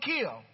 kill